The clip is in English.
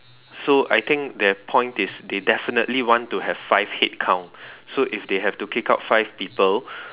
so I think their point is they definitely want to have five head count so if they have to kick out five people